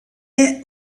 est